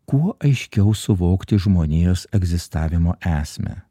kuo aiškiau suvokti žmonijos egzistavimo esmę